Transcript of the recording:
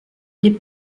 les